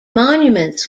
monuments